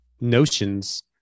notions